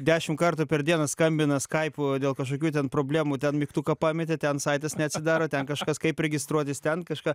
dešim kartų per dieną skambina skaipu dėl kažkokių ten problemų ten mygtuką pametė ten saitas neatsidaro ten kažkas kaip registruotis ten kažką